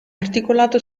articolato